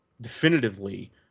definitively